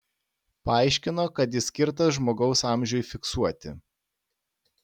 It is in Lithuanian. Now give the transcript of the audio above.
paaiškino kad jis skirtas žmogaus amžiui fiksuoti